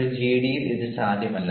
ഒരു ജിഡിയിൽ ഇത് സാധ്യമല്ല